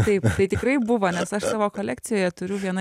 taip tai tikrai buvo nes aš savo kolekcijoje turiu vieną